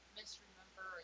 misremember